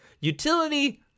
Utility